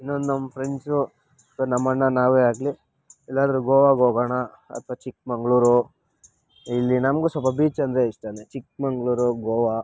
ಇನ್ನೊಂದು ನಮ್ಮ ಫ್ರೆಂಡ್ಸು ಅಥ್ವ ನಮ್ಮಣ್ಣ ನಾವೇ ಆಗಲಿ ಎಲ್ಲಾದ್ರೂ ಗೋವಾಗೆ ಹೋಗೋಣ ಅಥ್ವಾ ಚಿಕ್ಮಗಳೂರು ಇಲ್ಲಿ ನಮಗೂ ಸ್ವಲ್ಪ ಬೀಚ್ ಅಂದರೆ ಇಷ್ಟನೇ ಚಿಕ್ಮಗಳೂರು ಗೋವಾ